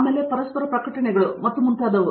ಚಕ್ರವರ್ತಿ ಪರಸ್ಪರರ ಪ್ರಕಟಣೆಗಳು ಮತ್ತು ಮುಂತಾದವು